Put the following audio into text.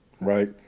right